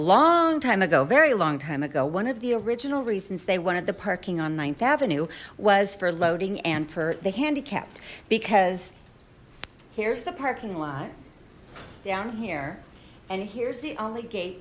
long time ago very long time ago one of the original reasons they wanted the parking on th avenue was for loading and for the handicapped because here's the parking lot down here and here's the only gate